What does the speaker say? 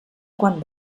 quan